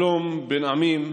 שלום בין עמים,